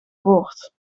voort